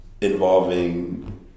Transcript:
involving